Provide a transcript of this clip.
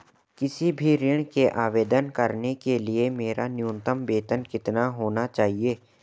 किसी भी ऋण के आवेदन करने के लिए मेरा न्यूनतम वेतन कितना होना चाहिए?